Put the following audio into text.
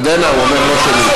ירדנה, הוא אומר לא שמית.